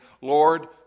Lord